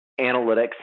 analytics